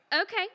Okay